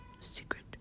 secret